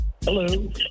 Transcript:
hello